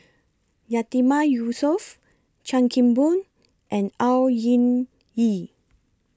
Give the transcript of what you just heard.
Yatiman Yusof Chan Kim Boon and Au Hing Yee